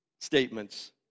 statements